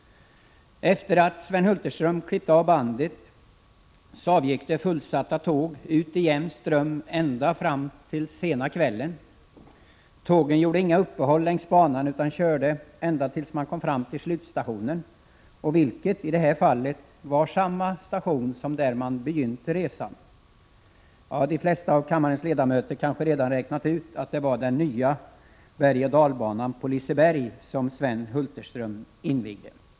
Efter det att Sven Hulterström hade klippt av bandet gick det fullsatta tåg ut i jämn ström ända fram till sena kvällen. Tågen gjorde inga uppehåll längs banan utan körde ända fram till slutstationen, vilken var densamma som där resan begynte. De flesta av kammarens ledamöter har kanske redan räknat ut att det var den nya bergoch dalbanan på Liseberg som Sven Hulterström invigde.